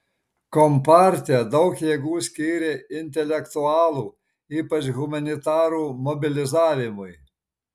kompartija daug jėgų skyrė intelektualų ypač humanitarų mobilizavimui